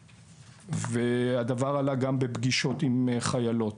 והדבר עלה גם בפגישות עם חיילות.